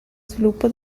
sviluppo